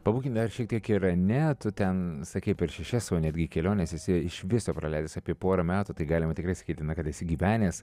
pabūkim dar šiek tiek irane tu ten sakei per šešias jau netgi keliones esi iš viso praleidęs apie porą metų tai galima tikrai sakyti kad esi gyvenęs